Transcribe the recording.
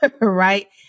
right